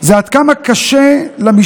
זה עד כמה קשה למשטרה,